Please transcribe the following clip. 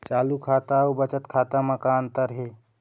चालू खाता अउ बचत खाता म का अंतर हे?